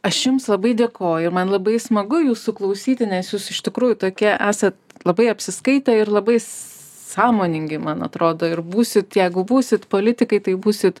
aš jums labai dėkoju man labai smagu jūsų klausyti nes jūs iš tikrųjų tokie esat labai apsiskaitę ir labai sąmoningi man atrodo ir būsit jeigu būsit politikai tai būsit